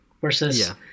versus